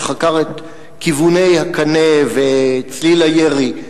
שחקר את כיווני הקנה וצליל הירי,